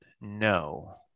no